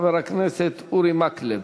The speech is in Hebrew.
חבר הכנסת אורי מקלב.